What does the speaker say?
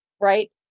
right